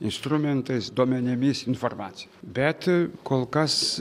instrumentais duomenimis informacija bet kol kas